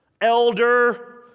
elder